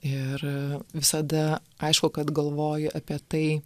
ir visada aišku kad galvoji apie tai